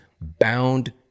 bound